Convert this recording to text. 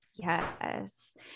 Yes